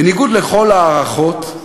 בניגוד לכל ההערכות,